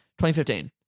2015